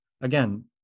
again